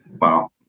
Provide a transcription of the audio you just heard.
Wow